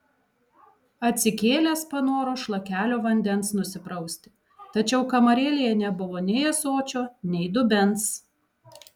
atsikėlęs panoro šlakelio vandens nusiprausti tačiau kamarėlėje nebuvo nei ąsočio nei dubens